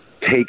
take